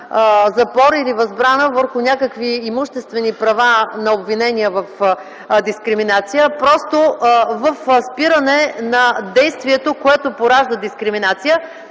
запори или възбрана върху имуществени права на обвинения в дискриминация, а в спиране на действието, което поражда дискриминация,